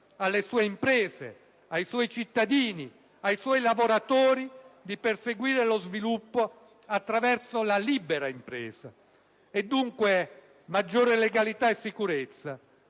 alle sue imprese, ai suoi cittadini e ai suoi lavoratori di perseguire lo sviluppo attraverso la libera intrapresa. Dunque, maggiore legalità e sicurezza